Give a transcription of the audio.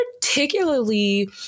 particularly